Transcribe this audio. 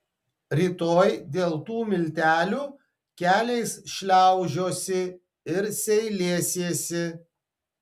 rytoj dėl tų miltelių keliais šliaužiosi ir seilėsiesi